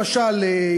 למשל,